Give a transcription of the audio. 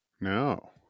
No